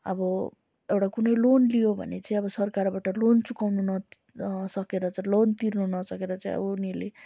अब एउटा कुनै लोन लियो भने चाहिँ अब सरकारबाट लोन चुकाउनु नसकेर चाहिँ लोन तिर्नु नसकेर चाहिँ अब उनीहरूले